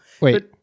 Wait